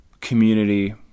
community